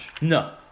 No